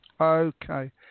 Okay